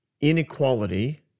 inequality